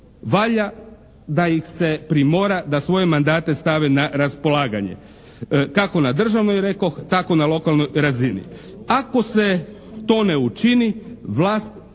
valja da ih se primora da svoje mandate stave na raspolaganje. Kako na državnoj rekoh, tako na lokalnoj razini. Ako se to ne učini vlast